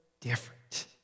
different